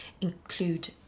include